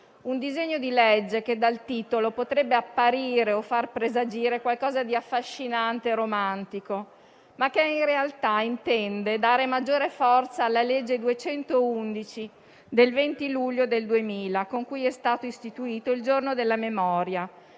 il disegno di legge potrebbe apparire o far presagire qualcosa di affascinante e romantico, ma in realtà intende dare maggiore forza la legge n. 211 del 20 luglio del 2000, con cui è stato istituito il Giorno della Memoria,